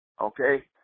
okay